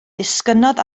disgynnodd